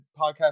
Podcast